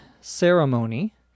ceremony